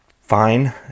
fine